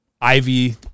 Ivy